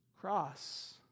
cross